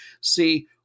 See